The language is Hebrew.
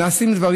נעשים דברים.